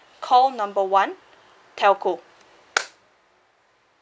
call number one telco